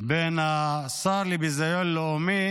בין השר לביזיון לאומי